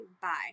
Bye